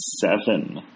seven